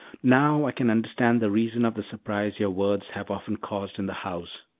now i can understand the reason of the surprise your words have often caused in the house!